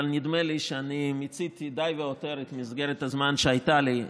אבל נדמה לי שאני מיציתי די והותר את מסגרת הזמן שהייתה לי,